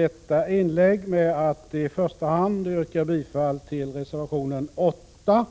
Jag yrkar i första hand bifall till reservation 8,